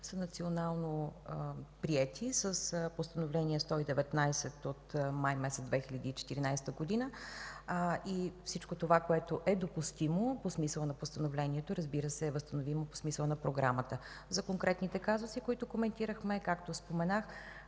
са национално приети с Постановление 119 от месец май 2014 г. и всичко това, което е допустимо, по смисъла на постановлението, разбира се, е възстановимо по смисъла на програмата. За конкретните казуси, които коментирахме, както споменах,